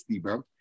bro